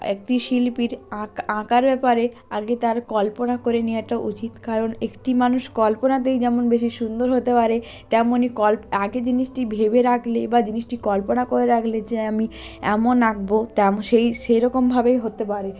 একটি শিল্পীর আঁকার ব্যাপারে আগে তার কল্পনা করে নেওয়াটা উচিত কারণ একটি মানুষ কল্পনাতেই যেমন বেশি সুন্দর হতে পারে তেমনই আগে জিনিসটি ভেবে রাখলে বা জিনিসটি কল্পনা করে রাখলে যে আমি এমন আঁকব সেই সেরকমভাবেই হতে পারে